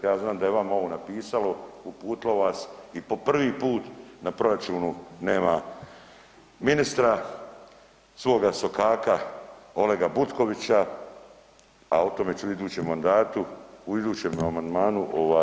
Ja znam da je vama ovo napisalo, uputilo vas i po prvi put na proračunu nema ministra, svoga sokaka Olega Butkovića, a o tome ću u idućem mandatu, u idućem amandmanu